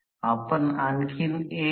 ते या mmf ची गती आहे